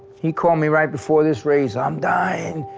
he called me right before this race. i'm dying,